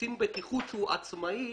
וקצין בטיחות שהוא עצמאי,